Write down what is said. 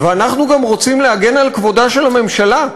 ואנחנו גם רוצים להגן על כבודה של הממשלה.